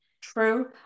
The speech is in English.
True